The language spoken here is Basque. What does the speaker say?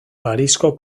parisko